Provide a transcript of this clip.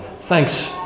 Thanks